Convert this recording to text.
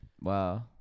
Wow